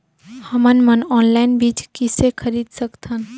हमन मन ऑनलाइन बीज किसे खरीद सकथन?